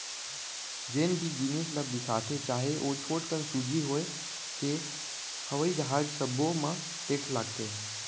जेन भी जिनिस ल बिसाथे चाहे ओ छोटकन सूजी होए के हवई जहाज सब्बो म टेक्स लागथे